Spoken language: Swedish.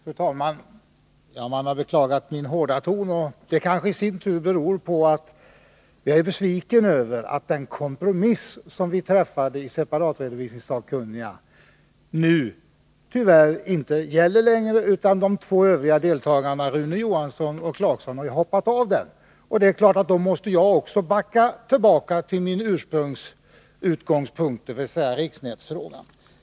Fru talman! Man har beklagat min hårda ton. Den kanske beror på att jag är besviken över att den kompromiss som vi träffade i separatredovisningssakkunniga nu tyvärr inte gäller längre. De två övriga deltagarna, Rune Johansson och Rolf Clarkson, har ju hoppat av den. Det är klart att då måste jag också backa tillbaka till min utgångspunkt, i riksnätsfrågan.